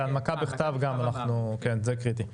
בכתב גם אנחנו רוצים, כן זה קריטי.